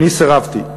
אני סירבתי.